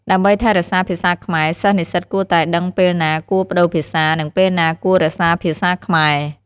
ដើម្បីថែរក្សាភាសាខ្មែរ សិស្សនិស្សិតគួរតែដឹងពេលណាគួរប្ដូរភាសា និងពេលណាគួររក្សាភាសាខ្មែរ។